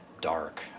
dark